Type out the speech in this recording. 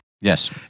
Yes